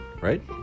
right